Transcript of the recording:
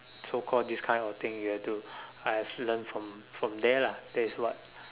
so called this kind of thing you have to I also learn from there lah that is what